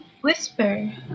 whisper